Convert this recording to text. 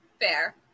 Fair